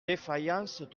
défaillance